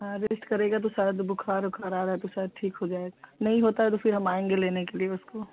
हाँ रेस्ट करेगा तो शायदा बुख़ार ख़ार आ रहा है तो शायद ठीक हो जाए नहीं होता है तो फिर हम आएँगे लेने के लिए उसको